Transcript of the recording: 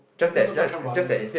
not not not Chan-Brothers ah